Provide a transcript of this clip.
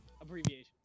abbreviations